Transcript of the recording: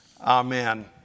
Amen